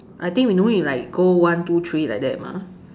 I think we no need to like go one two three like that mah